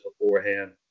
beforehand